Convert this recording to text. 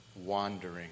wandering